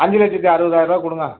அஞ்சு லட்சத்தி அறுவதாயர்ரூபா கொடுங்க